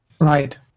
Right